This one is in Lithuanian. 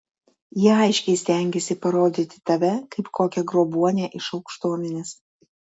jie aiškiai stengiasi parodyti tave kaip kokią grobuonę iš aukštuomenės